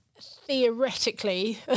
theoretically